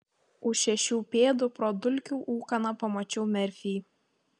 už šešių pėdų pro dulkių ūkaną pamačiau merfį